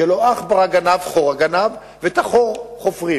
כי "לא עכברא גנב, חורא גנב", ואת החור חופרים,